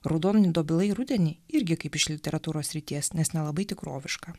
raudoni dobilai rudenį irgi kaip iš literatūros srities nes nelabai tikroviška